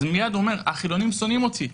הוא מיד אומר: החילונים שונאים אותי,